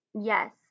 Yes